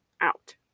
out